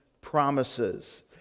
promises